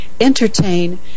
entertain